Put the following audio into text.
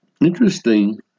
Interesting